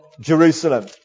Jerusalem